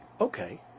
okay